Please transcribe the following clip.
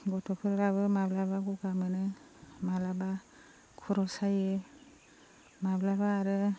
गथ'फोराबो माब्लाबा गगा मोनो माब्लाबा खर' सायो माब्लाबा आरो